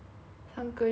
上个月